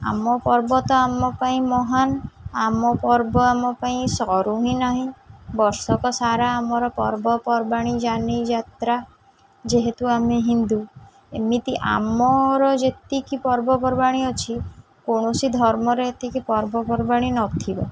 ଆମ ପର୍ବ ତ ଆମ ପାଇଁ ମହାନ୍ ଆମ ପର୍ବ ଆମ ପାଇଁ ସରୁ ହିଁ ନାହିଁ ବର୍ଷକସାରା ଆମର ପର୍ବପର୍ବାଣୀ ଜାନି ଯାତ୍ରା ଯେହେତୁ ଆମେ ହିନ୍ଦୁ ଏମିତି ଆମର ଯେତିକି ପର୍ବପର୍ବାଣୀ ଅଛି କୌଣସି ଧର୍ମରେ ଏତିକି ପର୍ବପର୍ବାଣୀ ନଥିବ